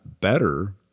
better